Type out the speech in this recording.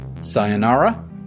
sayonara